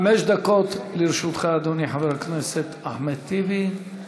חמש דקות לרשותך, אדוני חבר הכנסת אחמד טיבי.